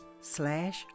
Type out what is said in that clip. slash